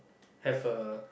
have a